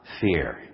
fear